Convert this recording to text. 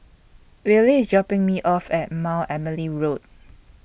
Wylie IS dropping Me off At Mount Emily Road